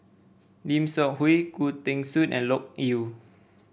Lim Seok Hui Khoo Teng Soon and Loke Yew